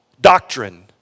doctrine